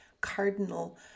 Cardinal